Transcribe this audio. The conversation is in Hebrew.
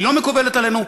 היא לא מקובלת עלינו,